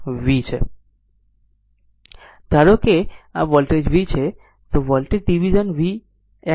ધારો કે જો આ વોલ્ટેજ v છે તો વોલ્ટેજ ડિવિઝન આ vએક્સ છે